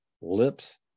lips